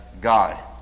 God